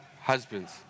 husbands